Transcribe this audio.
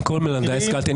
מכל מלמדי השכלתי.